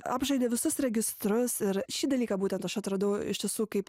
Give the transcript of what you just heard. apžaidė visus registrus ir šį dalyką būtent aš atradau iš tiesų kaip